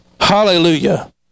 Hallelujah